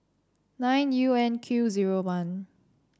nine U N Q zero one